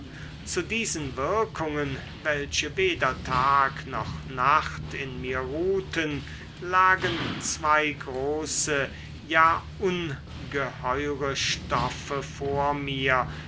zu diesen wirkungen welche weder tag noch nacht in mir ruhten lagen zwei große ja ungeheure stoffe vor mir